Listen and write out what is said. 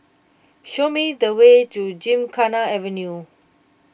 show me the way to Gymkhana Avenue